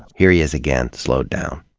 here he is again, slowed down.